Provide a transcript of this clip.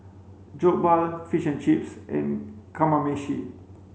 Jokbal fish and chips and Kamameshi